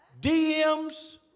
DMs